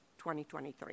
2023